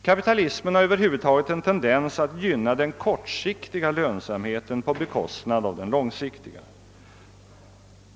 Kapitalismen har över huvud taget en tendens att gynna den kortsiktiga lönsamhetén på bekostnad av den långsiktiga.